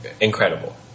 incredible